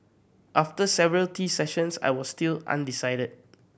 after several tea sessions I was still undecided